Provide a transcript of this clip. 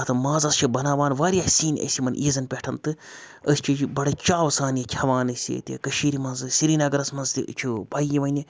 اَتھ مازَس چھِ بَناوان واریاہ سِنۍ أسۍ یِمَن عیزَن پٮ۪ٹھ تہٕ أسۍ چھِ یہِ بَڑٕ چاوٕ سان یہِ کھٮ۪وان أسۍ ییٚتہِ کٔشیٖرِ منٛزٕ سرینَگرَس منٛز تہِ یہِ چھُ پَیی وَنہِ